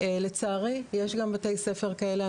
לצערי, יש גם בתי ספר כאלה.